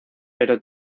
pero